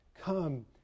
Come